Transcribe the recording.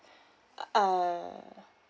uh